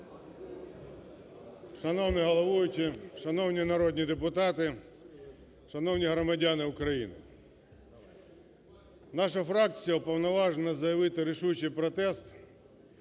Шановний головуючий, шановні народні депутати, шановні громадяни України! Наша фракція уповноважена заявити рішучий протест